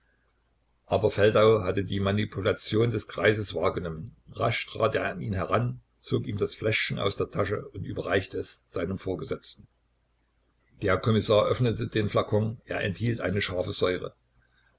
aber feldau hatte die manipulation des greises wahrgenommen rasch trat er an ihn heran zog ihm das fläschchen aus der tasche und überreichte es seinem vorgesetzten der kommissar öffnete den flakon er enthielt eine scharfe säure